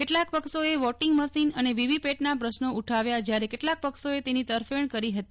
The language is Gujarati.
કેટલાક પક્ષોએ વોટીંગ મશીન અને વીવીપેટના પ્રશ્નો ઉઠાવ્યા જયારે કેટલાક પક્ષોએ તેની તરફેણ કરી હતી